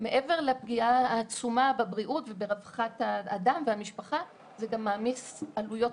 שמעבר לפגיעה העצומה בבריאות וברווחת האדם והמשפחה זה גם מעמיס עלויות